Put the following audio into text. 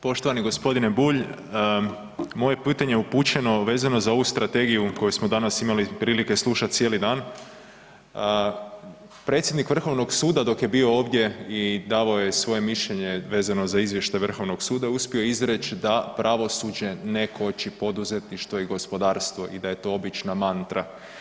Poštovani gospodine Bulj, moje pitanje upućeno vezano za ovu strategiju koju smo danas imali prilike slušati cijeli dan, predsjednik Vrhovnog suda dok je bio ovdje i davao je svoje mišljenje vezano za izvještaj Vrhovnog suda uspio je izreći da pravosuđe ne koči poduzetništvo i gospodarstvo i da je to obična mantra.